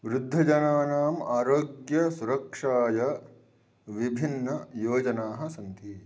वृद्धजनानाम् आरोग्यसुरक्षाय विभिन्नयोजनाः सन्ति